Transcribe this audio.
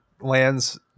lands